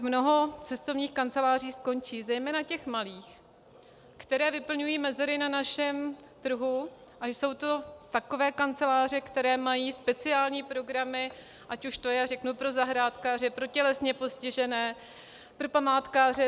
mnoho cestovních kanceláří skončí, zejména těch malých, které vyplňují mezery na našem trhu, a jsou to takové kanceláře, které mají speciální programy, ať už je to pro zahrádkáře, pro tělesně postižené, pro památkáře.